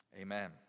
Amen